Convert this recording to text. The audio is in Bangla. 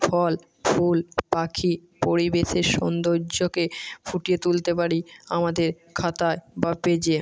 ফল ফুল পাখি পরিবেশের সৌন্দর্যকে ফুটিয়ে তুলতে পারি আমাদের খাতায় বা পেজে